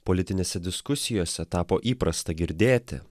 politinėse diskusijose tapo įprasta girdėti